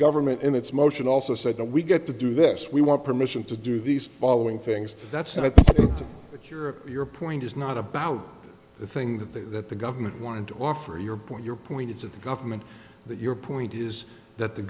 government in its motion also said that we get to do this we want permission to do these following things that's not a cure your point is not about the thing that they that the government wanted to offer your point your point it's at the government that your point is that the